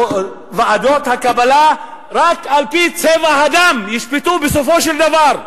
ועדות הקבלה יפעלו בסגנון דומה רק על-פי צבע הדם ישפטו בסופו של דבר.